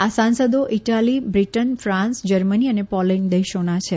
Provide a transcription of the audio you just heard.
આ સાંસદો Italy Britain France Germany અને પોલેન્ડ દેશોના છે